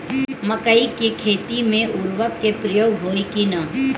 मकई के खेती में उर्वरक के प्रयोग होई की ना?